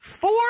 four